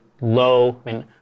low